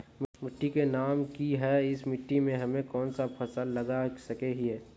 मिट्टी के नाम की है इस मिट्टी में हम कोन सा फसल लगा सके हिय?